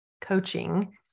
coaching